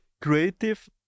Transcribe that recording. Creative